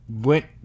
went